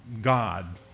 God